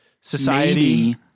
society